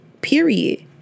Period